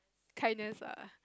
kindness ah